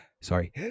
sorry